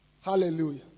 Hallelujah